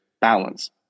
balance